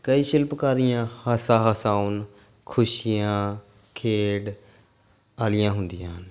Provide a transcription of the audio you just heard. ਕਈ ਸ਼ਿਲਪਕਾਰੀਆਂ ਹਾਸਾ ਹਸਾਉਣ ਖੁਸ਼ੀਆਂ ਖੇਡ ਵਾਲੀਆਂ ਹੁੰਦੀਆਂ ਹਨ